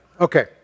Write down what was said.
Okay